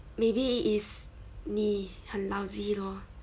maybe it's 你很 lousy lor